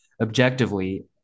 objectively